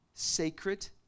sacred